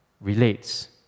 relates